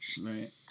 Right